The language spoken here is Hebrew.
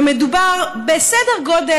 ומדובר בסדר גודל,